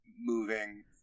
moving